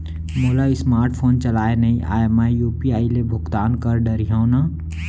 मोला smartphone चलाए नई आए मैं यू.पी.आई ले भुगतान कर डरिहंव न?